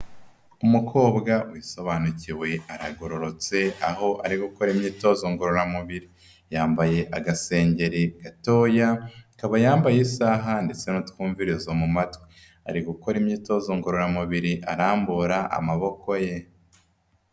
Umukobwa wisobanukiwe, aragororotse aho ari gukora imyitozo ngororamubiri. Yambaye agasengeri gatoya, akaba yambaye isaha ndetse n'utwumvirizo mu matwi. Ari gukora imyitozo ngororamubiri arambura amaboko ye.